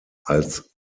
als